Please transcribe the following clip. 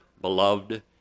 beloved